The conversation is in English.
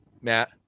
Matt